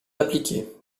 appliquée